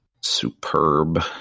superb